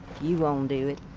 you won't do it.